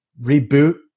reboot